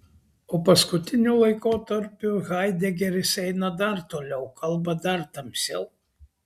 o paskutiniu laikotarpiu haidegeris eina dar toliau kalba dar tamsiau